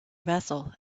vessel